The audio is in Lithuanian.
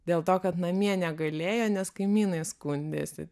dėl to kad namie negalėjo nes kaimynai skundėsi